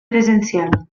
presencial